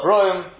Rome